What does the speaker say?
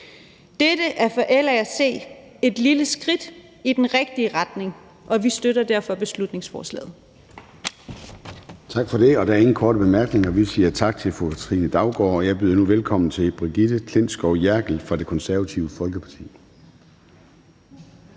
Dette er for LA at se et lille skridt i den rigtige retning, og vi støtter derfor beslutningsforslaget.